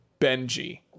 Benji